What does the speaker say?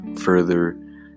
further